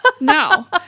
No